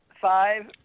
five